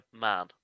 man